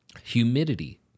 Humidity